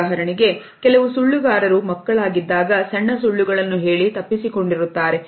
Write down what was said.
ಉದಾಹರಣೆಗೆ ಕೆಲವು ಸುಳ್ಳುಗಾರರು ಮಕ್ಕಳಾಗಿದ್ದಾಗ ಸಣ್ಣ ಸುಳ್ಳುಗಳನ್ನು ಹೇಳಿ ತಪ್ಪಿಸಿ ಕೊಂಡಿರುತ್ತಾರೆ